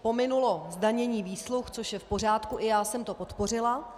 Pominulo zdanění výsluh, což je v pořádku, i já jsem to podpořila.